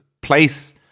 place